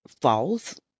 false